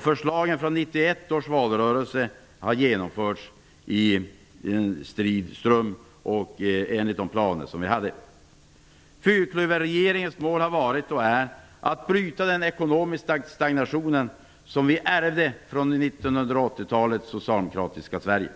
Förslagen från 1991 års valrörelse har genomförts i en strid ström enligt de planer vi hade. Fyrklöverregeringens mål har varit och är att bryta den ekonomiska stagnationen som vi ärvde från 1980-talets socialdemokratiska Sverige,